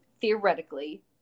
theoretically